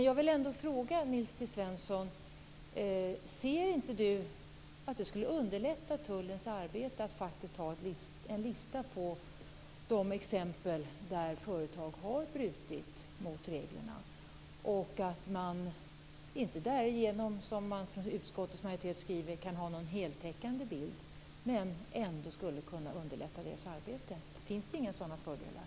Jag vill ändå fråga Nils T Svensson om han inte ser att det skulle underlätta tullens arbete att ha en lista över exempel på företag som brutit mot reglerna, även om man inte, som utskottsmajoriteten skriver, kan ge en heltäckande bild men ändå kunna underlätta tullens arbete. Finns det inga sådana fördelar?